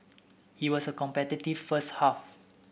it was a competitive first half